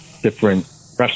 different